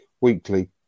weekly